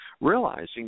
realizing